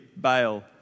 bail